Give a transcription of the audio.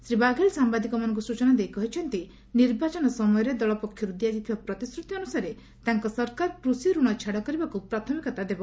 ଶ୍ରୀ ବାଘେଲ ସାମ୍ବାଦିକମାନଙ୍କୁ ସୂଚନା ଦେଇ କହିଛନ୍ତି ନିର୍ବାଚନ ସମୟରେ ଦଳ ପକ୍ଷରୁ ଦିଆଯାଇଥିବା ପ୍ରତିଶ୍ରତି ଅନୁସାରେ ତାଙ୍କ ସରକାର କୃଷିରଷ ଛାଡ଼ କରିବାକୁ ପ୍ରାଥମିକତା ଦେବ